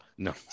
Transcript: No